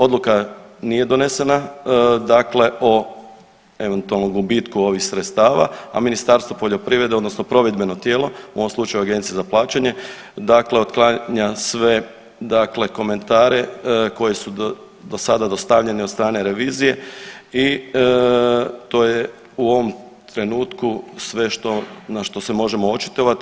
Odluka nije donesena dakle o eventualnom gubitku ovih sredstava, a Ministarstvo poljoprivrede odnosno provedbeno tijelo u ovom slučaju Agencija za plaćanje dakle otklanja sve dakle komentare koji su do sada dostavljeni od strane revizije i to je u ovom trenutku sve što, na što se možemo očitovati.